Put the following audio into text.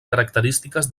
característiques